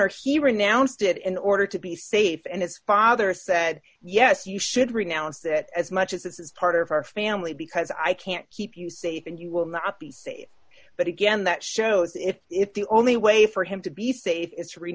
it in order to be safe and his father said yes you should renounce it as much as this is part of our family because i can't keep you safe and you will not be safe but again that shows if if the only way for him to be safe